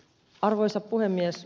arvoisa puhemies